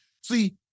See